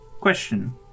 Question